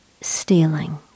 stealing